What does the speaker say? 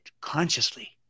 consciously